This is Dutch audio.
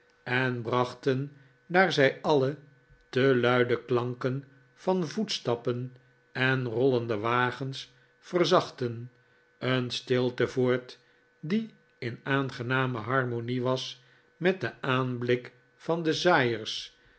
en brachten daar zij alle te luide klanken van voetstappen en rollende wagens verzachtten een stilte voort die in aangename harnionie was met den aanblik van de